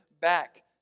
back